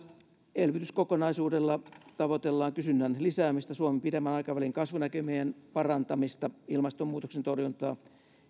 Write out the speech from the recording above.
elvytyskokonaisuudella tavoitellaan kysynnän lisäämistä suomen pidemmän aikavälin kasvunäkymien parantamista ilmastonmuutoksen torjuntaa